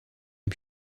est